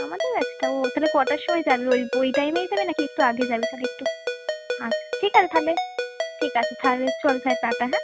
আমাদের ব্যাচটা ও তাহলে কটার সময় যাবি ওই ওই টাইমেই যাবি না কি একটু আগে যাবি তাহলে একটু আচ্ছা ঠিক আছে তাহলে ঠিক আছে তাহলে চল হ্যাঁ টাটা হ্যাঁ